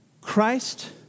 Christ